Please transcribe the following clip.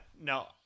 no –